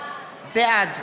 בעד